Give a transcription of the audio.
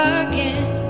again